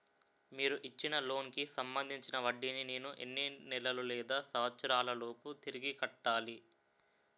మీరు ఇచ్చిన లోన్ కి సంబందించిన వడ్డీని నేను ఎన్ని నెలలు లేదా సంవత్సరాలలోపు తిరిగి కట్టాలి?